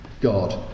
God